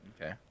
okay